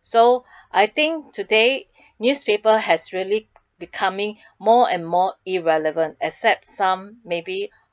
so I think today newspaper has really becoming more and more irrelevant except some maybe